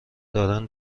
دارن